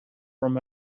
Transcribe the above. from